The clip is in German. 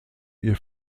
ihr